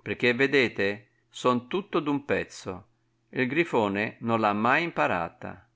perchè vedete son tutto d'un pezzo e il grifone non l'ha mai imparata